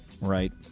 Right